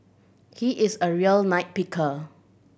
he is a real picker